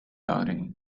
body